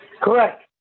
Correct